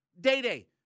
Day-day